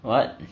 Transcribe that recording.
what